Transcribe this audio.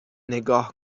نگاه